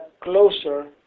closer